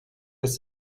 das